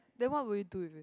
then what will do if you